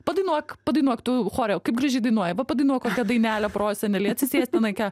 padainuok padainuok tu chore kaip gražiai dainuoji va padainuok kokią dainelę prosenelei atsisėsk ten ant ke